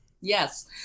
Yes